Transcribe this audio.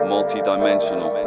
Multi-dimensional